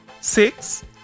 six